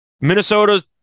Minnesota